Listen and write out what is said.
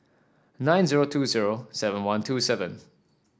nine zero two zero seven one two seven